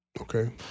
okay